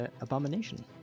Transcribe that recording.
abomination